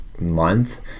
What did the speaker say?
Month